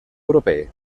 europee